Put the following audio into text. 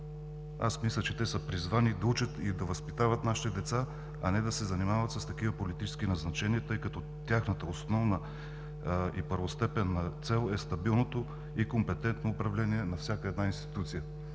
Аз мисля, че те са призвани да учат и да възпитават нашите деца, а не да се занимават с такива политически назначения, тъй като тяхната основна и първостепенна цел е стабилното и компетентно управление на всяка една институция.